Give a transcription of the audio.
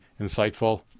insightful